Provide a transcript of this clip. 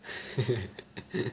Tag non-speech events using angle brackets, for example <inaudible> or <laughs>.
<laughs>